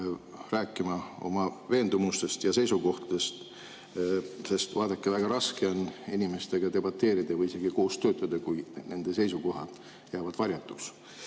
rääkima oma veendumustest ja seisukohtadest. Sest vaadake, väga raske on inimestega debateerida või isegi koos töötada, kui nende seisukohad jäävad varjatuks.